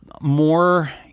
more